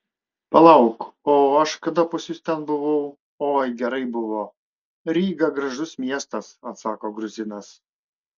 palauk o aš kada pas jus ten buvau oi gerai buvo ryga gražus miestas atsako gruzinas